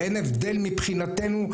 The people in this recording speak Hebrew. ואין הבדל מבחינתנו,